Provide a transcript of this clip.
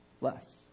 less